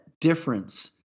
difference